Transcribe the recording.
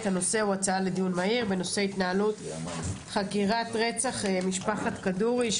הנושא הוא הצעה לדיון מהיר בנושא התנהלות חקירת רצח משפחת כדורי,